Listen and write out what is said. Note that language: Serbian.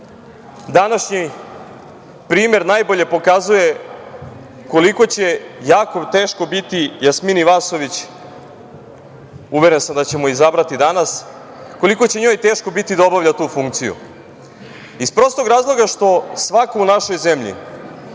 današnji primer najbolje pokazuje koliko će jako teško biti Jasmini Vasović, uveren sam da ćemo je izabrati danas, koliko će njoj teško biti da obavlja tu funkciju. Iz prostog razloga što svako u našoj zemlji